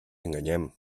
enganyem